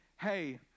hey